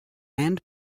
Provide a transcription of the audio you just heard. and